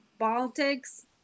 Baltics